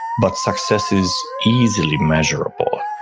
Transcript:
but success is easily measurable,